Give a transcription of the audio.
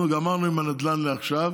אנחנו גמרנו עם הנדל"ן לעכשיו